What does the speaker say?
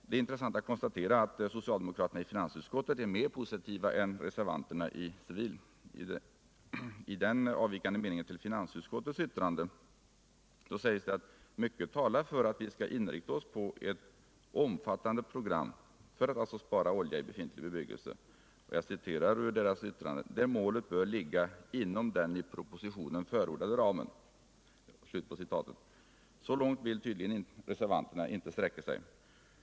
Det är intressant att konstatera att socialdemokraterna i finansutskottet är mer positiva än reservanterna. I den avvikande meningen till finansutskottets yttrande sägs det att mycket talar för att vi skall inrikta oss på et omfattande program för att spara olja i befintlig bebyggelse, ”där målet bör ligga inom den i propositionen förordade ramen”. Så långt vill tydligen inte reservanterna sträcka sig.